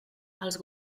els